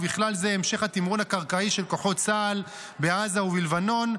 ובכלל זה המשך התמרון הקרקעי של כוחות צה"ל בעזה ובלבנון,